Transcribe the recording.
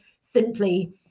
simply